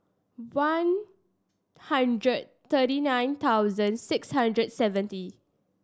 one hundred thirty nine thousand six hundred seven